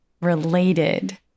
related